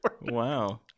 Wow